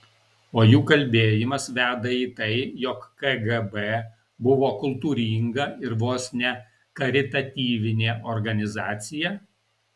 o jų kalbėjimas veda į tai jog kgb buvo kultūringa ir vos ne karitatyvinė organizacija